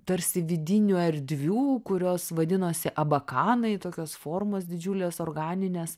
tarsi vidinių erdvių kurios vadinosi abakanai tokios formos didžiulės organinės